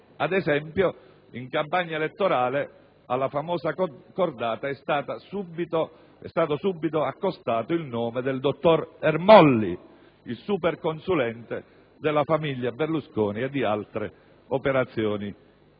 Ad esempio, in campagna elettorale, alla famosa cordata è stato subito accostato il nome del dottor Ermolli, il superconsulente dalla famiglia Berlusconi e di altre operazioni